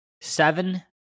seven